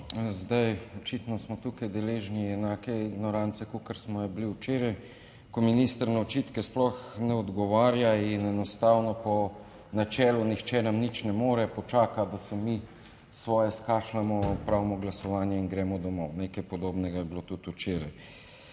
Zdaj, očitno smo tukaj deležni enake ignorance kakor smo jo bili včeraj, ko minister na očitke sploh ne odgovarja in enostavno po načelu: "Nihče nam nič ne more!" - počakati, da se mi svoje skašljamo, opravimo glasovanje in gremo domov. Nekaj podobnega je bilo tudi včeraj.